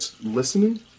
listening